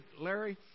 Larry